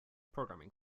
programming